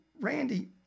Randy